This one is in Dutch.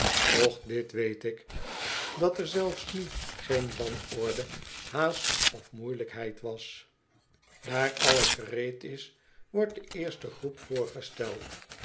doch dit weet ik dat er zelfs nu geen wanorde haast of moeielijkheid was daar alles gereed is wordt de eerste groep voorgesteld